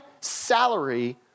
salary